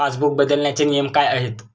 Passbook बदलण्याचे नियम काय आहेत?